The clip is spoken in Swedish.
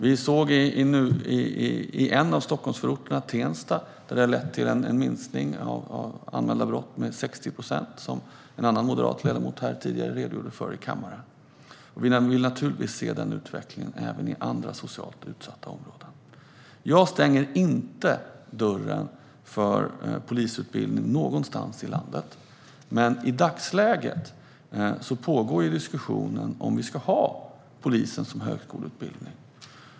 Vi kan se att i en av Stockholmsförorterna, Tensta, har det lett till en minskning av antalet anmälda brott med 60 procent, vilket en annan moderat ledamot tidigare redogjorde för här i kammaren. Vi vill naturligtvis se den utvecklingen även i andra socialt utsatta områden. Jag stänger inte dörren för polisutbildning någonstans i landet. Men i dagsläget pågår diskussionen om vi ska ha polisutbildningen som högskoleutbildning.